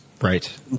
Right